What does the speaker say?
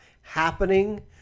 happening